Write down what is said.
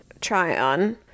try-on